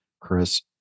Chris